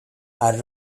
are